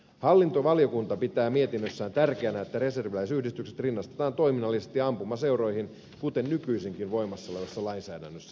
hallintovaliokunta pitää mietinnössään tärkeänä että reserviläisyhdistykset rinnastetaan toiminnallisesti ampumaseuroihin kuten nykyisinkin voimassa olevassa lainsäädännössä tehdään